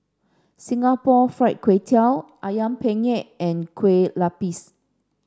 Singapore Fried Kway Tiao Ayam Penyet and Kueh Lupis